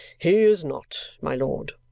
he is not, my lord,